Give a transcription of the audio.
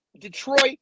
Detroit